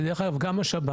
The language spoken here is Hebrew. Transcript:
ודרך אגב גם השב"ן,